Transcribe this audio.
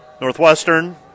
Northwestern